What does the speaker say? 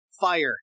fire